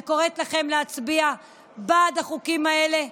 אני קוראת לכם להצביע בעד החוקים האלה,